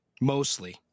Mostly